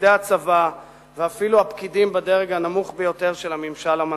מפקדי הצבא ואפילו הפקידים בדרג הנמוך ביותר של הממשל המנדטורי.